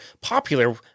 popular